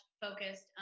focused